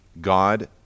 God